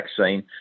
vaccine